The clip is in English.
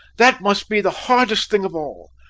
that must be the hardest thing of all.